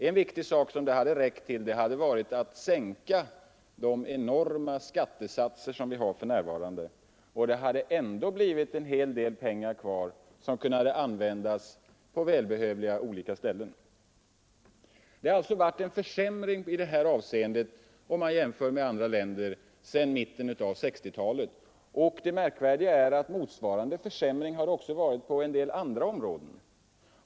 En viktig sak som det hade räckt till är en sänkning av de enorma skattesatser som vi för närvarande har, och det hade ändå blivit en hel del pengar kvar som hade kunnat användas för angelägna ändamål. Det har alltså i vårt land sedan mitten av 1960-talet varit en försämring i detta avseende jämfört med andra länder. Det märkvärdiga är att motsvarande försämringar inträffade även på en del andra områden.